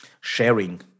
sharing